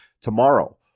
tomorrow